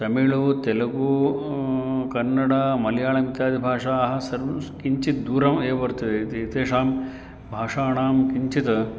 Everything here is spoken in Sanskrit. तमिळु तेलुगु कन्नड मलयाळम् इत्यादि भाषाः सर्वं किञ्चित् दूरम् एव वर्तते इति एतेषां भाषाणां किञ्चित्